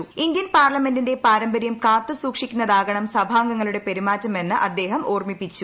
് ഇന്ത്യൻ പാർലമെന്റിന്റെ പാരമ്പര്യം കാത്തുസൂക്ഷിക്കുന്നതാകണം സഭാംഗങ്ങളുടെ പെരുമാറ്റമെന്ന് അദ്ദേഹം ഓർമ്മിപ്പിച്ചു